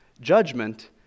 judgment